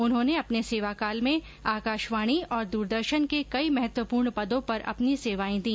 उन्होंने अपने सेवाकाल में आकाशवाणी और दूरदर्शन के कई महत्वपूर्ण पदों पर अपनी सेवाएं दी